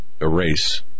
erase